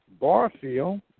Barfield